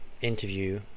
interview